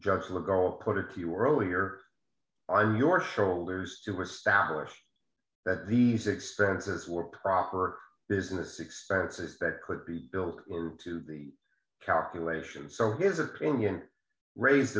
juggler go put it to you earlier your shoulders to establish that these expenses were proper business expenses that could be built into the calculations so his opinion raised